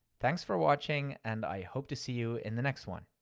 thanks for watching, and i hope to see you in the next one.